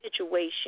situation